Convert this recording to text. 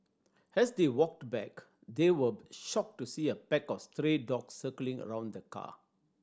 as they walked back they were shocked to see a pack of stray dogs circling around the car